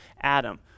adam